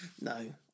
No